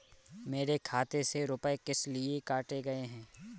मेरे खाते से रुपय किस लिए काटे गए हैं?